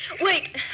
wait